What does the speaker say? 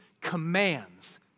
commands